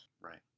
Right